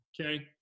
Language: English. okay